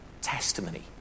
testimony